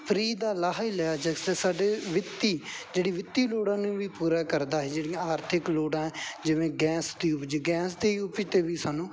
free ਦਾ ਲਾਹਾ ਲੈ ਜਿਸ ਸਾਡੇ ਵਿੱਤੀ ਜਿਹੜੀ ਵਿੱਤੀ ਲੋੜਾਂ ਨੂੰ ਵੀ ਪੂਰਾ ਕਰਦਾ ਹੈ ਜਿਹੜੀਆਂ ਆਰਥਿਕ ਲੋੜਾਂ ਜਿਵੇਂ ਗੈਸ ਦੀ ਉਪਜ ਗੈਸ ਦੀ ਉਪਜ 'ਤੇ ਵੀ ਸਾਨੂੰ